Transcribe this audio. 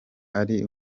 ari